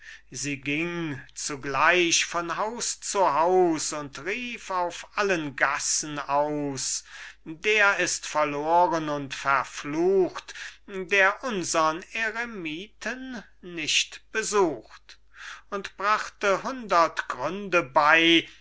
sie ging zugleich von haus zu haus und rief auf allen gassen aus der ist verloren und verflucht der unsern eremiten nicht besucht und brachte hundert gründe bei